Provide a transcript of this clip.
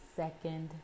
second